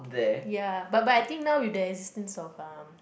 ya but but I think now with the existence of uh